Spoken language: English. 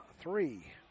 three